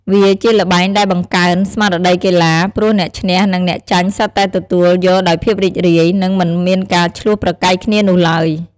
វាជាល្បែងដែលបង្កើន ស្មារតីកីឡា ព្រោះអ្នកឈ្នះនិងអ្នកចាញ់សុទ្ធតែទទួលយកដោយភាពរីករាយ និងមិនមានការឈ្លោះប្រកែកគ្នានោះឡើយ។